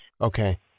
Okay